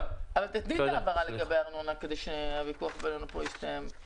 תתני את ההבהרה לגבי הארנונה כדי שהוויכוח בינינו יסתיים.